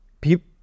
people